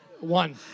One